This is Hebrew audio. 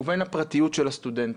ובין הפרטיות של הסטודנטים.